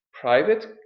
private